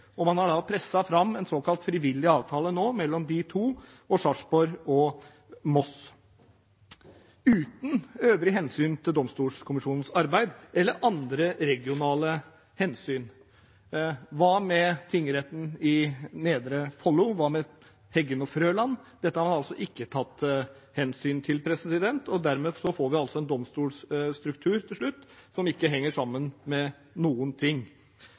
arbeid eller andre regionale hensyn. Hva med tingretten i Nedre Follo? Hva med Heggen og Frøland tingrett? Det har man altså ikke tatt hensyn til, og dermed får vi til slutt en domstolstruktur som ikke henger sammen med noen ting.